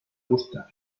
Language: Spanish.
gusta